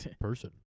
Person